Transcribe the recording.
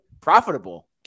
profitable